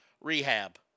rehab